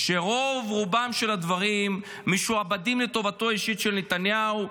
שרוב-רובם של הדברים משועבדים לטובתו האישית של נתניהו,